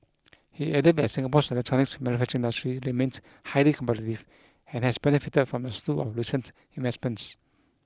he added that Singapore's electronics manufacturing industry remained highly and has benefited from a slew of recent investments